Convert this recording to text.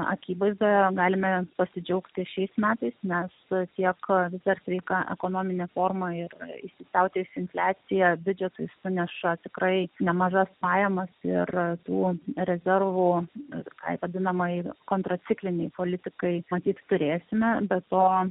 akivaizdoje galime pasidžiaugti šiais metais nes tiek ir sveika ekonominė forma ir įsisiautėjusi infliacija biudžetui suneša tikrai nemažas pajamas ir o rezervų tai vadinamai kontraciklinei politikai matyt turėsime be to